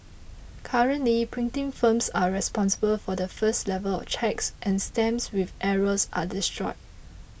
currently printing firms are responsible for the first level of checks and stamps with errors are destroyed